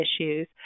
issues